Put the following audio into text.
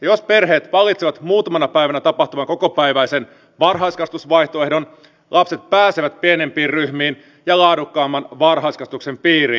jos perheet valitsevat muutamana päivänä tapahtuvan kokopäiväisen varhaiskasvatusvaihtoehdon lapsen pääsevät pienempiin ryhmiin ja laadukkaamman varhaiskasvatuksen piiriin